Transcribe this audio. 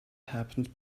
happened